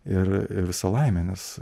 ir visa laimė nes